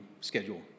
schedule